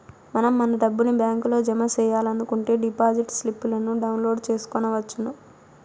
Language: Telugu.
మనం మన డబ్బుని బ్యాంకులో జమ సెయ్యాలనుకుంటే డిపాజిట్ స్లిప్పులను డౌన్లోడ్ చేసుకొనవచ్చును